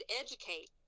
educate